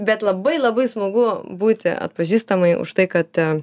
bet labai labai smagu būti atpažįstamai už tai kad